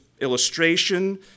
illustration